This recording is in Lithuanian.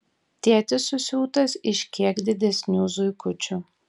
tėtis susiūtas iš kiek didesnių zuikučių